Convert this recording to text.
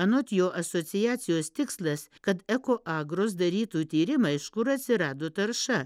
anot jo asociacijos tikslas kad ekoagrus darytų tyrimą iš kur atsirado tarša